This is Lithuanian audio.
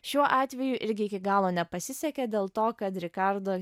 šiuo atveju irgi iki galo nepasisekė dėl to kad rikardo